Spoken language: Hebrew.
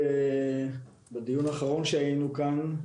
בדיון האחרון שהיינו כאן,